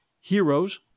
Heroes